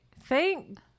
Thank